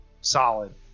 solid